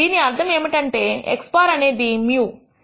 దీని అర్థం ఏమిటంటేx̅ అనేది μ